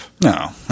no